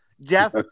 Jeff